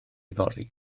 fory